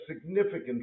significant